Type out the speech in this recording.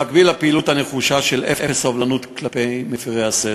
במקביל לפעילות הנחושה של אפס סובלנות כלפי מפרי הסדר,